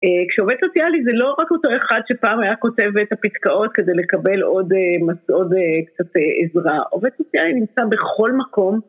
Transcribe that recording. כשעובד סוציאלי זה לא רק אותו אחד שפעם היה כותב את הפתקאות כדי לקבל עוד קצת עזרה, עובד סוציאלי נמצא בכל מקום.